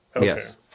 Yes